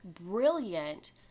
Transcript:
brilliant